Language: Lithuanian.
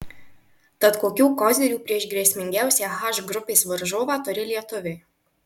tad kokių kozirių prieš grėsmingiausią h grupės varžovą turi lietuviai